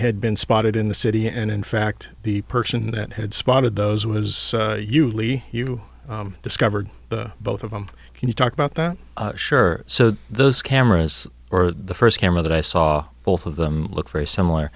had been spotted in the city and in fact the person that had spotted those was usually you discovered both of them can you talk about that sure so those cameras or the first camera that i saw both of them look very similar